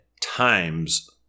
times